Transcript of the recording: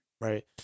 Right